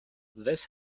this